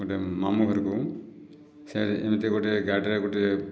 ଗୋଟିଏ ମାମୁଁ ଘରକୁ ସେଠି ଏମିତି ଗୋଟିଏ ଗାଡ଼ିରେ ଗୋଟିଏ